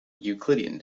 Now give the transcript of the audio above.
euclidean